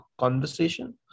conversation